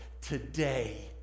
today